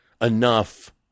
enough